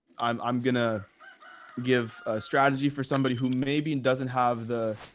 i'm i'm going to give a strategy for somebody who maybe and doesn't have the,